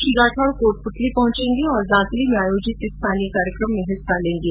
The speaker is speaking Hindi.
श्री राठौड कोटपूतली पहुंचेंगे जहां वे दांतली में आयोजित स्थानीय कार्यक्रमों में हिस्सा लेंगे